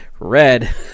Red